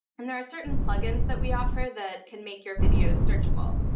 and there are certain plug-ins that we offer that can make your videos searchable.